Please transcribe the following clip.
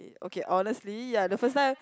okay honestly ya the first time